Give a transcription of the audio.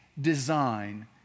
design